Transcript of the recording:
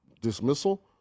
dismissal